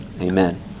amen